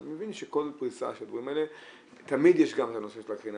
אני מבין שבכל פריסה שבמילא תמיד יש את נושא הקרינה,